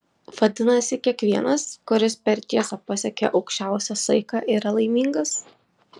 vadinasi kiekvienas kuris per tiesą pasiekia aukščiausią saiką yra laimingas